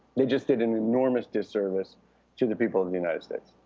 they just did an enormous disservice to the people of the united states.